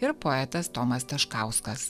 ir poetas tomas taškauskas